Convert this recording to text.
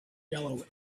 yellow